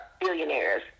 billionaires